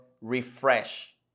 Refresh